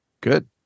Good